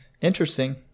interesting